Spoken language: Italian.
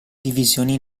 divisioni